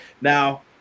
Now